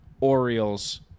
Orioles